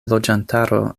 loĝantaro